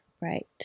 Right